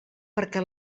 perquè